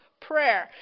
prayer